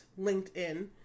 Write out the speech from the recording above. LinkedIn